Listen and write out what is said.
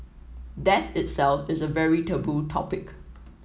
death itself is a very taboo topic